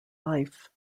life